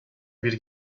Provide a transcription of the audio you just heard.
bir